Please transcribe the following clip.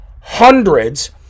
hundreds